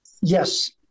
Yes